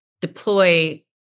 deploy